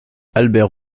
albert